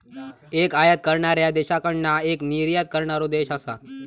एक आयात करणाऱ्या देशाकडना एक निर्यात करणारो देश असा